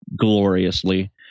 gloriously